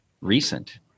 recent